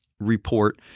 report